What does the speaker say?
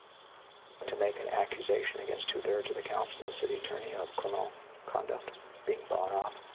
but to make an accusation against two thirds of the council and city attorney of criminal conduct being bought off